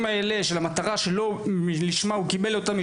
האלה למטרה שלא לשמה הוא קיבל אותם,